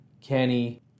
Kenny